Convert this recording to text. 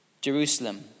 Jerusalem